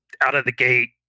out-of-the-gate